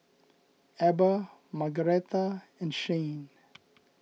Eber Margaretta and Shayne